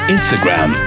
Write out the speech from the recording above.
Instagram